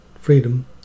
freedom